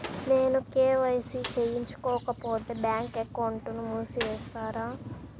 నేను కే.వై.సి చేయించుకోకపోతే బ్యాంక్ అకౌంట్ను మూసివేస్తారా?